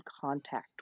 contact